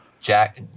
jack